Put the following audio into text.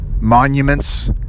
Monuments